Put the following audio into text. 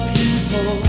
people